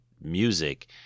music